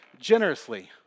generously